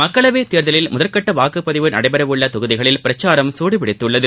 மக்களவைத் தேர்தலில் முதற்கட்ட வாக்குப் பதிவு நடைபெறவுள்ள தொகுதிகளில் பிரச்சாரம் சூடுபிடத்துள்ளது